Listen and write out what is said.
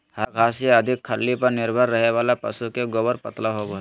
हरा घास या अधिक खल्ली पर निर्भर रहे वाला पशु के गोबर पतला होवो हइ